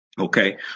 Okay